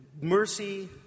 mercy